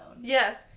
Yes